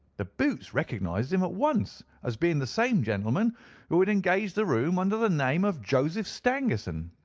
the boots recognized him at once as being the same gentleman who had engaged the room under the name of joseph stangerson.